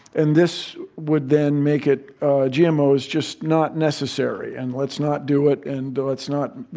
and this would then make it gmos just not necessary, and let's not do it, and let's not you